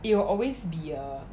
you will always be a